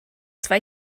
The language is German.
zwei